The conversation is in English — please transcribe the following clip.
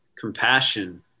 compassion